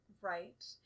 right